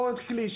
פה כלי,